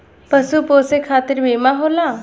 पशु पोसे खतिर बीमा होला